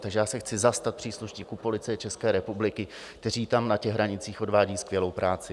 Takže se chci zastat příslušníků Policie České republiky, kteří tam na hranicích odvádějí skvělou práci.